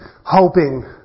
hoping